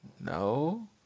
no